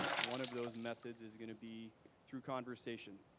one of those methods is going to be through conversation,